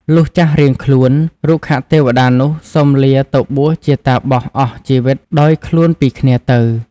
លុះចាស់រៀងខ្លួន រុក្ខទេវតានោះសុំលាទៅបួសជាតាបសអស់ជីវិតដោយ ខ្លួនពីគ្នាទៅ ។